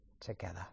together